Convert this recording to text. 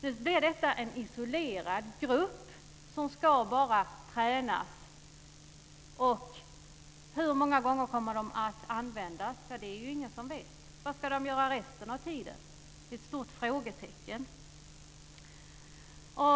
Nu är detta en isolerad grupp som bara ska tränas. Hur många gånger de kommer att användas är det ingen som vet. Vad ska de göra resten av tiden? Det är ett stort frågetecken.